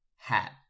Hat